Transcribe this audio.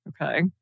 Okay